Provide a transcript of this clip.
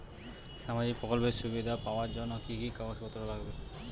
সামাজিক প্রকল্পের সুবিধা পাওয়ার জন্য কি কি কাগজ পত্র লাগবে?